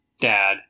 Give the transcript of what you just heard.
dad